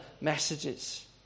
messages